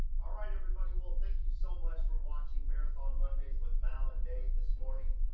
all right everybody, well thank you so much for watching marathon mondays with mal and dave this morning.